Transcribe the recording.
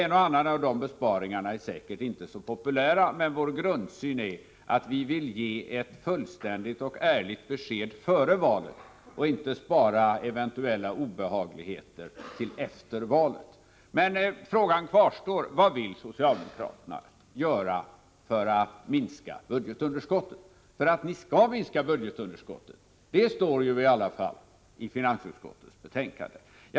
En och annan av de besparingarna är säkert inte så populär, men vår grundsyn är att vi vill ge ett fullständigt och ärligt besked före valet och inte spara eventuella obehagligheter till efter valet. Frågan kvarstår alltså: Vad vill socialdemokraterna göra för att minska budgetunderskottet? För ni skall väl minska budgetunderskottet, det står i alla fall i finansutskottets betänkande?